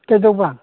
ꯀꯩꯗꯧꯕ